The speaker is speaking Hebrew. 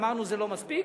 אמרנו שזה לא מספיק,